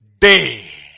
day